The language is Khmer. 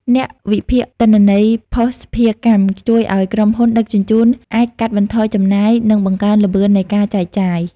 អ្នកវិភាគទិន្នន័យភស្តុភារកម្ម ជួយឱ្យក្រុមហ៊ុនដឹកជញ្ជូនអាចកាត់បន្ថយចំណាយ និងបង្កើនល្បឿននៃការចែកចាយ។